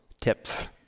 tips